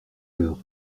l’heure